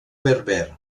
berber